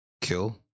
kill